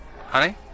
Honey